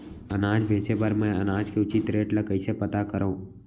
अनाज बेचे बर मैं अनाज के उचित रेट ल कइसे पता करो?